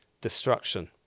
destruction